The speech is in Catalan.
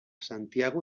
santiago